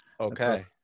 okay